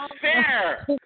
fair